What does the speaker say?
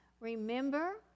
remember